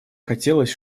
хотелось